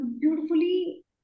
beautifully